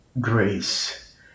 grace